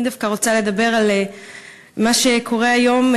אני דווקא רוצה לדבר על מה שקורה היום,